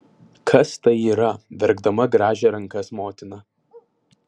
kas tai yra verkdama grąžė rankas motina